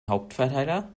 hauptverteiler